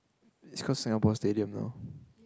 it's called Singapore Stadium now